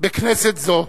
בכנסת זו,